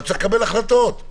אבל יש לקבל החלטות.